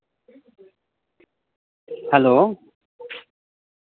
hello